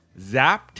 Zapped